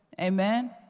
Amen